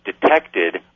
detected